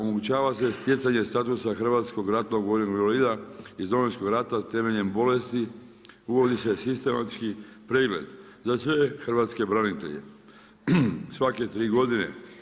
Omogućava se stjecanje statusa hrvatskog ratnog vojnog invalida iz Domovinskog rata, temeljem bolesti, uvodi se sistematski pregled, za sve hrvatske branitelje, svake 3 godine.